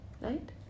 right